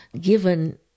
given